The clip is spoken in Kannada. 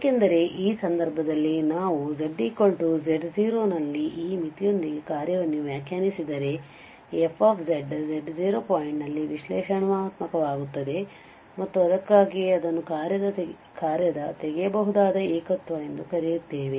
ಏಕೆಂದರೆ ಈ ಸಂದರ್ಭದಲ್ಲಿ ನಾವು z z0 ನಲ್ಲಿ ಈ ಮಿತಿಯೊಂದಿಗೆ ಕಾರ್ಯವನ್ನು ವ್ಯಾಖ್ಯಾನಿಸಿದರೆ ಈ f z0 ಪಾಯಿಂಟ್ನಲ್ಲಿ ವಿಶ್ಲೇಷಣಾತ್ಮಕವಾಗುತ್ತದೆ ಮತ್ತು ಅದಕ್ಕಾಗಿಯೇ ಅದನ್ನು ಕಾರ್ಯದ ತೆಗೆಯಬಹುದಾದ ಏಕತ್ವ ಎಂದು ಕರೆಯುತ್ತೇವೆ